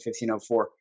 1504